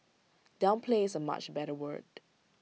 downplay is A much better word